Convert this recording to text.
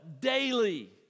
daily